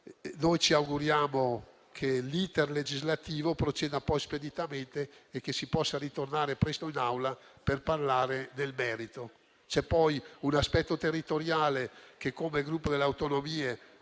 Ci auguriamo che l'*iter* legislativo proceda speditamente e si possa tornare presto in Aula per parlare del merito. C'è poi un aspetto territoriale che, come Gruppo Per le Autonomie,